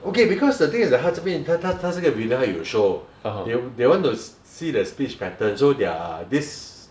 okay because the thing is that 他这边他他这个 video 他有 show they they want to s~ see the speech pattern so their this